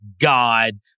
god